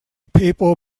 people